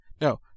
No